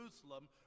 Jerusalem